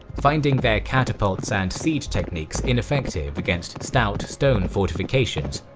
finding their catapults and siege techniques ineffective against stout stone fortifications,